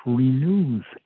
renews